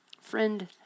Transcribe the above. Friend